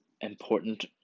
important